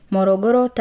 Morogoro